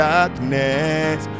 Darkness